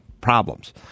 Problems